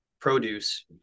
produce